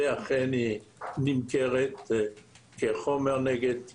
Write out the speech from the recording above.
ואכן היא נמכרת כחומר נגד אפילפסיה.